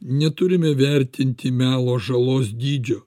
neturime vertinti melo žalos dydžio